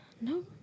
no